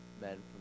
men